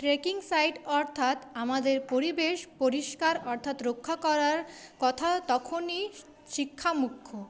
trekking site অর্থাৎ আমাদের পরিবেশ পরিষ্কার অর্থাৎ রক্ষা করার কথা তখনই শিক্ষা মুখ্য